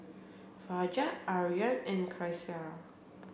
Fajar Aryan and Qaisara